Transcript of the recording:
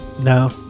No